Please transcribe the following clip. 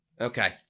okay